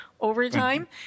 Overtime